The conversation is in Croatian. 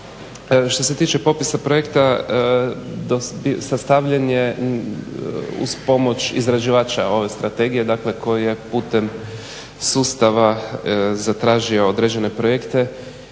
što se tiče popisa projekta sastavljen je uz pomoć izrađivača ove strategije, dakle koji je putem sustava zatražio određene projekte